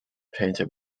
painted